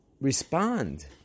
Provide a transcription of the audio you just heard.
respond